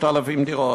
6,000 דירות,